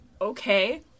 Okay